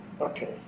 okay